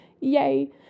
yay